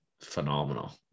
phenomenal